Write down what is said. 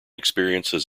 experiences